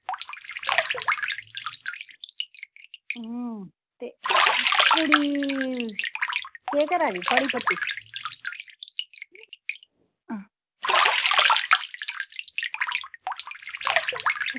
हूं ते कुड़ी केह् करा दी थुआढ़ी बड्डी